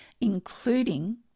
including